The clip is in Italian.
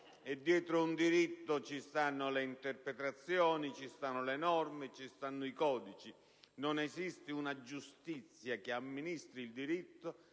e dietro un diritto ci sono le interpretazioni, le norme, i codici. Non esiste una giustizia che amministri un diritto